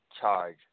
charge